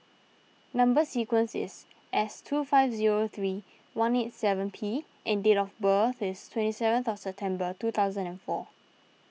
Number Sequence is S two five zero three one eight seven P and date of birth is twenty seventh of September two thousand and four